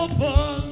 Open